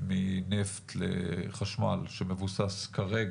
מנפט לחשמל שמבוסס כרגע